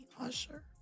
Usher